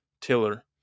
tiller